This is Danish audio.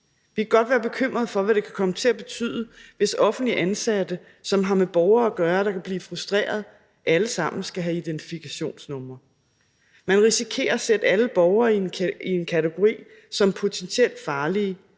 Vi kan godt være bekymret for, hvad det kan komme til at betyde, hvis offentligt ansatte, som har med borgere at gøre, der kan blive frustrerede, alle sammen skal have identifikationsnumre. Man risikerer at sætte alle borgere i en kategori som potentielt farlige,